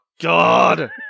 God